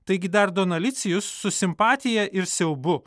taigi dar donalicijus su simpatija ir siaubu